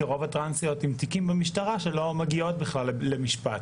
כי רוב הטרנסיות עם תיקים במשטרה שלא מגיעים בכלל למשפט.